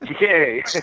Yay